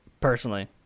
personally